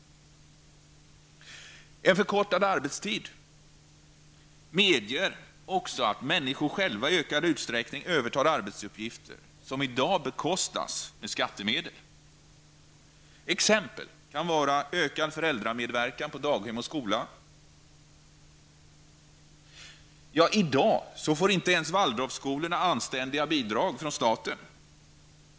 En förkortad arbetstid medger också att människor själva i ökad utsträckning övertar arbetsuppgifter som i dag bekostas med skattemedel. Ett exempel härpå är ökad föräldramedverkan på daghemmen och i skolan. I dag får Waldorfskolorna inte ens anständiga bidrag från staten.